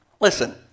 listen